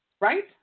Right